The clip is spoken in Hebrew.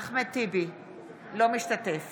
אינו משתתף